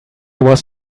was